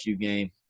game